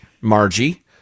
Margie